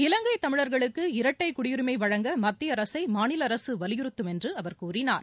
இவங்கை தமிழர்களுக்கு இரட்டை குடியுரிமை வழங்க மத்திய அரசை மாநில அரசு வலியுறத்தும் என்று அவர் கூறினார்